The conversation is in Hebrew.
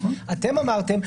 אתם אמרתם.